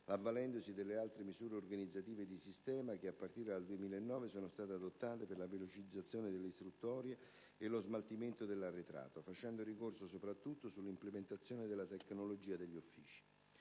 avvalendosi delle altre misure organizzative e di sistema che, a partire dal 2009, sono state adottate per la velocizzazione delle istruttorie e lo smaltimento dell'arretrato, facendo ricorso soprattutto sull'implementazione della tecnologica negli uffici.